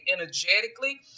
energetically